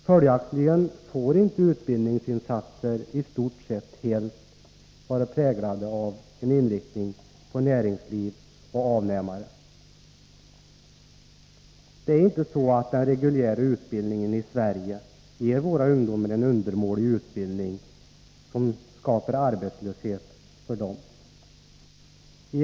Följaktligen får inte utbildningsinsatserna vara nästan helt präglade av en inriktning på näringsliv och avnämare. Den reguljära utbildningen i Sverige ger inte våra ungdomar en undermålig utbildning, den skapar arbetslöshet för dem.